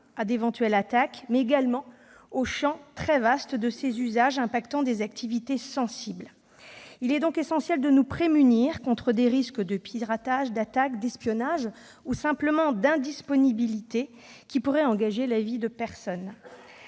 à d'éventuelles attaques, mais également au champ très vaste de ses usages touchant des activités sensibles. Il est donc essentiel de se prémunir contre des risques de piratages, d'attaques, d'espionnage ou simplement d'indisponibilité, qui pourraient engager la vie de personnes.